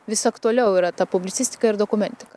vis aktualiau yra ta publicistika ir dokumentika